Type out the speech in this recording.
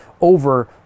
over